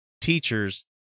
teachers